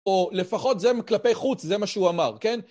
או לפחות זה מקלפי חוץ, זה מה שהוא אמר, כן?